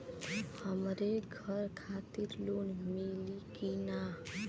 हमरे घर खातिर लोन मिली की ना?